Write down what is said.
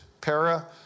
para